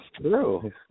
true